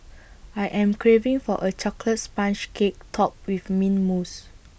I am craving for A Chocolate Sponge Cake Topped with Mint Mousse